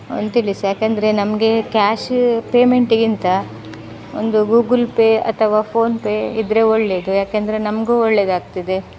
ಒಂದು ತಿಳಿಸಿ ಯಾಕೆಂದರೆ ನಮಗೆ ಕ್ಯಾಶ ಪೇಮೆಂಟಿಗಿಂತ ಒಂದು ಗೂಗುಲ್ ಪೇ ಅಥವಾ ಫೋನ್ಪೇ ಇದ್ದರೆ ಒಳ್ಳೆಯದು ಯಾಕೆಂದರೆ ನಮಗೂ ಒಳ್ಳೆಯದಾಗ್ತಿದೆ